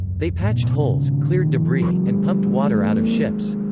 they patched holes, cleared debris, and pumped water out of ships.